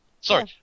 Sorry